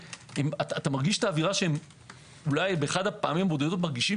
אתה מרגיש את האווירה שאולי באחת הפעמים הבודדות מרגישים